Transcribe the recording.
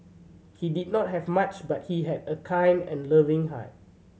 he did not have much but he had a kind and loving heart